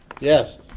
Yes